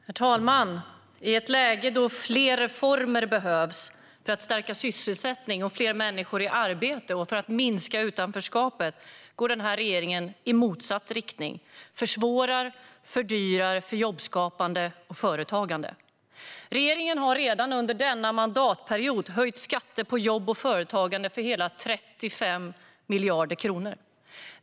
Herr talman! I ett läge där fler reformer behövs för att stärka sysselsättning, få fler människor i arbete och minska utanförskapet går regeringen i motsatt riktning och försvårar och fördyrar för jobbskapande och företagande. Regeringen har redan under denna mandatperiod höjt skatter på jobb och företagande med hela 35 miljarder kronor.